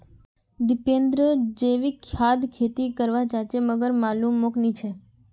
दीपेंद्र जैविक खाद खेती कर वा चहाचे मगर मालूम मोक नी छे